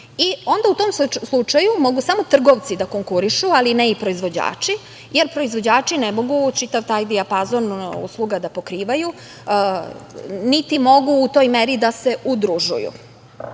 hranu. Onda u tom slučaju mogu samo trgovci da konkurišu, ali ne i proizvođači, jer proizvođači ne mogu taj čitav dijapazon usluga da pokrivaju, niti mogu u toj meri da se udružuju. Zakon